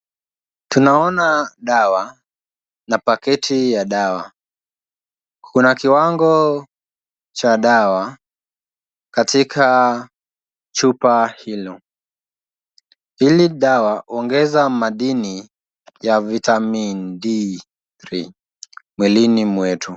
Tunaona dawa na paketi ya dawa. Kuna kiwango cha dawa katika chupa hilo. Hili dawa huongeza madini ya vitamin D3 mwilini mwetu.